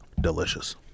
Delicious